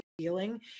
feeling